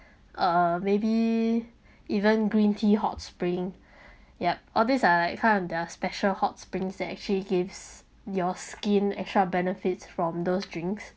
uh maybe even green tea hot spring yup all these are like kind of their special hot springs that actually gives your skin extra benefits from those drinks